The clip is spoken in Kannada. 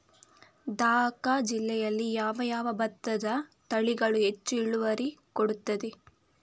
ದ.ಕ ಜಿಲ್ಲೆಯಲ್ಲಿ ಯಾವ ಯಾವ ಭತ್ತದ ತಳಿಗಳು ಹೆಚ್ಚು ಇಳುವರಿ ಕೊಡುತ್ತದೆ?